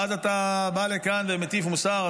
ואז אתה בא לכאן ומטיף מוסר?